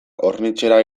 hornitzera